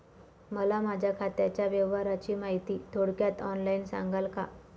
मला माझ्या खात्याच्या व्यवहाराची माहिती थोडक्यात ऑनलाईन सांगाल का?